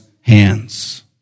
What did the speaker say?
hands